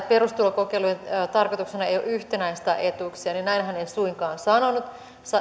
perustulokokeilun tarkoituksena ei ole yhtenäistää etuuksia niin näinhän en suinkaan sanonut